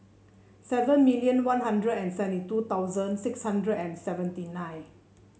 seven million One Hundred and seventy two thousand six hundred and seventy nine